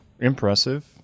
Impressive